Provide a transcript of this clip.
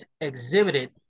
exhibited